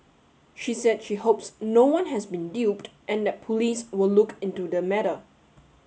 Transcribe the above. she said she hopes no one has been duped and that police will look into the matter